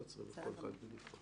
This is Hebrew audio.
לא צריך כל אחד בנפרד.